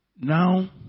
Now